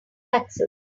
taxes